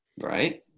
Right